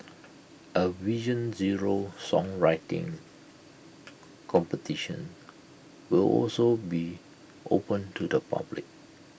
A vision zero songwriting competition will also be open to the public